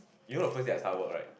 you know the first day I start work right